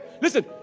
Listen